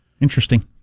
interesting